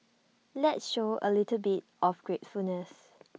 let's show A little bit of gratefulness